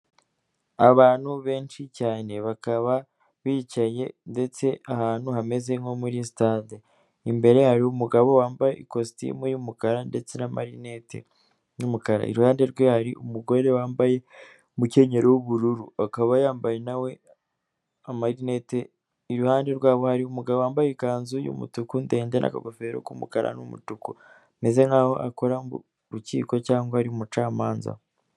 Abantu benshi cyane bakaba bicaye ndetse ahantu hameze nko muri stade, imbere hari umugabo wambaye ikositimu y'umukara ndetse n'amarinete y'umukara, iruhande rwe hari umugore wambaye umukenyero w'ubururu akaba yambaye nawe amarinete, iruhande rwabo hari umugabo wambaye ikanzu y'umutuku ndende n'akagofero k'umukara n'umutuku, ameze nk'aho akora murukiko cyangwa ar'umucamanza.